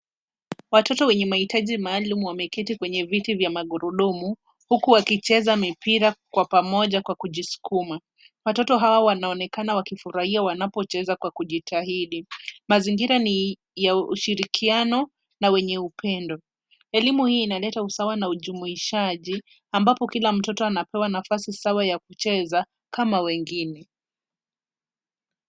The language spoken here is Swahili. Watoto wenye mahitaji maalum wameketi kwenye viti vya magurudumu huku wakicheza mipira kwa pamoja kwa kujisukuma. Watoto hawa wanaonekana wakifurahia wanapocheza kwa kujitahidi. Mazingira ni ya ushirikiano na wenye upendo. Elimu hii inaleta usawa na ujumuishaji ambapo kila mtoto anapewa nafasi sawa ya kucheza kama wengine.